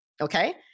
okay